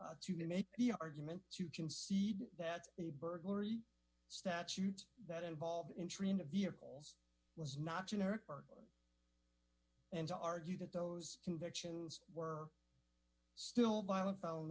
country to make the argument to concede that the burglary statute that involved in trying to vehicles was not generic and to argue that those convictions were still violent phone